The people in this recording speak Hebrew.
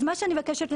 אז מה שאני מבקשת,